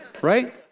Right